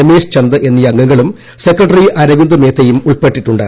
രമേശ് ചന്ദ് എന്നീ അംഗങ്ങളും സെക്രട്ടറി അരവിന്ദ് മേത്തയും ഉൾപപെട്ടിട്ടുണ്ട്